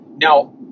Now